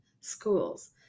schools